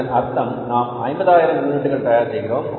இதன் அர்த்தம் நாம் 50000 யூனிட்கள் தயார் செய்கிறோம்